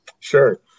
sure